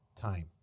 time